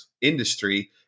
industry